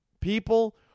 People